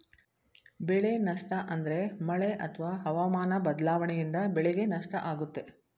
ಬೆಳೆ ನಷ್ಟ ಅಂದ್ರೆ ಮಳೆ ಅತ್ವ ಹವಾಮನ ಬದ್ಲಾವಣೆಯಿಂದ ಬೆಳೆಗೆ ನಷ್ಟ ಆಗುತ್ತೆ